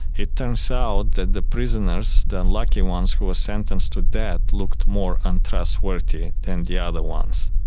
it turns out that the prisoners, the unlucky ones who were sentenced to death, looked more untrustworthy than the other ones.